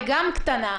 היא גם קטנה,